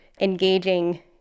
engaging